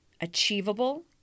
Achievable